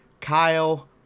Kyle